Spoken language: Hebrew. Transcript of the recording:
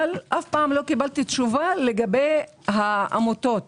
אבל אף פעם לא קיבלתי תשובה לגבי העמותות עצמן.